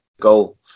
goal